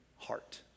heart